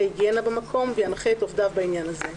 היגיינה במקום וינחה את עובדיו בעניין זה,